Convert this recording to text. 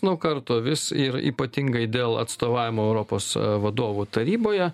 nuo karto vis ir ypatingai dėl atstovavimo europos vadovų taryboje